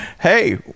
Hey